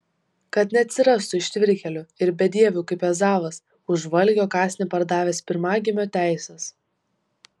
kad neatsirastų ištvirkėlių ir bedievių kaip ezavas už valgio kąsnį pardavęs pirmagimio teises